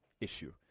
issue